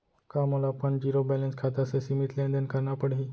का मोला अपन जीरो बैलेंस खाता से सीमित लेनदेन करना पड़हि?